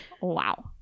wow